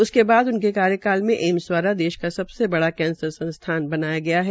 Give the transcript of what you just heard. उसके बाद उनके कार्यकाल में एम्स द्वारा देश का सबसे बड़ा कैंसर संस्थान बनाया गया है